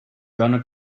gonna